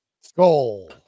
Skull